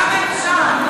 כמה אפשר?